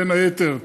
בין היתר,